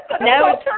No